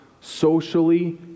socially